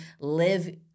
live